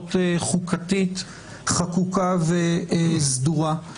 זכויות חוקתית, חקוקה וסדורה.